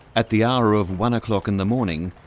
at the hour of one o'clock in the morning,